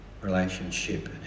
relationship